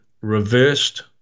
reversed